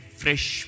fresh